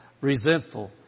resentful